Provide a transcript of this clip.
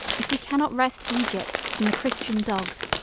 if we cannot wrest egypt from the christian dogs,